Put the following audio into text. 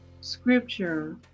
scripture